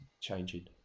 changing